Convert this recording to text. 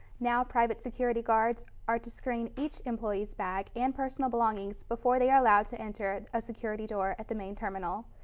now private security guards are to screen each employee's bag and personal belongings before they are allowed to enter a security door at the main terminal.